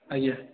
ଆଜ୍ଞା